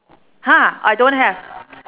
!huh! I don't have